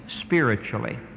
spiritually